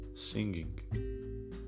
singing